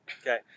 Okay